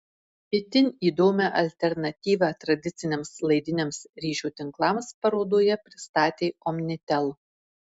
itin įdomią alternatyvą tradiciniams laidiniams ryšio tinklams parodoje pristatė omnitel